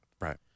Right